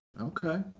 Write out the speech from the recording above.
okay